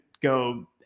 go